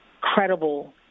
credible